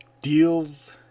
deals